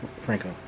Franco